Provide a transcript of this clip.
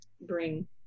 bring